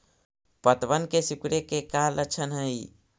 पत्तबन के सिकुड़े के का लक्षण हई?